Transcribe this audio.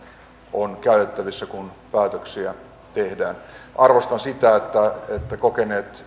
on käytettävissä kun päätöksiä tehdään arvostan sitä että kokeneet